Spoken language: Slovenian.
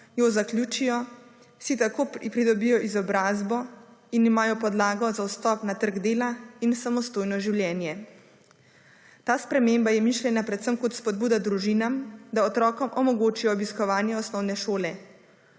jo zaključijo, si tako pridobijo izobrazbo in imajo podlago za vstop na trg dela in samostojno življenje. Ta sprememba je mišljena predvsem kot spodbuda družinam, da otrokom omogočijo obiskovanje osnovne šole.